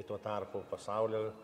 tuo tarpu pasaulio